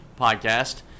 podcast